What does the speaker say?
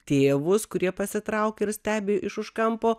tėvus kurie pasitraukė ir stebi iš už kampo